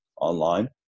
online